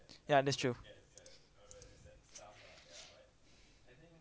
ya that's true